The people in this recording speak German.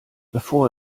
bevor